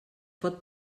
pot